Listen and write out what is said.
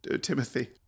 timothy